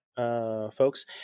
Folks